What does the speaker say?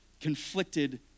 conflicted